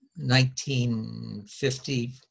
1950